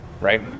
right